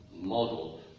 model